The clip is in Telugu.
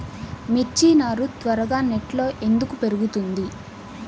మిర్చి నారు త్వరగా నెట్లో ఎందుకు పెరుగుతుంది?